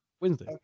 Wednesday